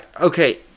okay